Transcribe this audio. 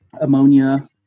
ammonia